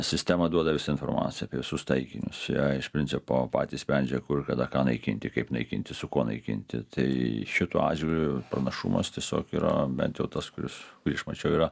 sistema duoda visą informaciją apie visus taikinius iš principo patys sprendžia kur kada ką naikinti kaip naikinti su kuo naikinti tai šituo atžvilgiu pranašumas tiesiog yra bent jau tas kuris kurį aš mačiau yra